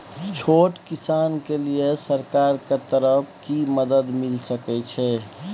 छोट किसान के लिए सरकार के तरफ कि मदद मिल सके छै?